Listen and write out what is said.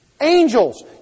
Angels